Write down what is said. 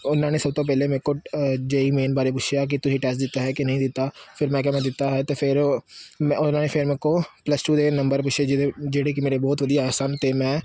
ਉਹਨਾਂ ਨੇ ਸਭ ਤੋਂ ਪਹਿਲਾਂ ਮੇਰੇ ਕੋਲ ਜੇਈ ਮੇਨ ਬਾਰੇ ਪੁੱਛਿਆ ਕਿ ਤੁਸੀਂ ਟੈਸਟ ਦਿੱਤਾ ਹੈ ਕਿ ਨਹੀਂ ਦਿੱਤਾ ਫਿਰ ਮੈਂ ਕਿਹਾ ਮੈਂ ਦਿੱਤਾ ਹੈ ਅਤੇ ਫਿਰ ਮੈਂ ਉਹਨਾਂ ਨੇ ਫਿਰ ਮੇਰੇ ਕੋਲੋਂ ਪਲੱਸ ਟੂ ਦੇ ਨੰਬਰ ਪੁੱਛੇ ਜਿਹਦੇ ਜਿਹੜੇ ਕਿ ਮੇਰੇ ਬਹੁਤ ਵਧੀਆ ਆਏ ਸਨ ਅਤੇ ਮੈਂ